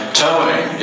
towing